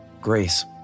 Grace